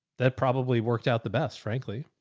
that probably worked out the best, frankly.